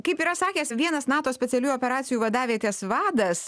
kaip yra sakęs vienas nato specialiųjų operacijų vadavietės vadas